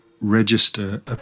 register